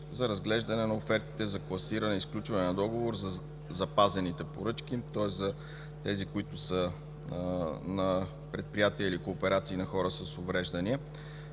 за разглеждане на офертите за класиране и сключване на договор за запазените поръчки, тоест за тези, които са на предприятия или кооперации на хора с увреждания